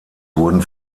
wurden